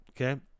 okay